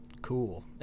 cool